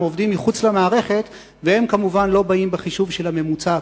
הם עובדים מחוץ למערכת והם כמובן לא באים בחישוב של הממוצע,